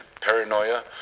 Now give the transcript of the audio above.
paranoia